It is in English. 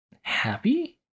happy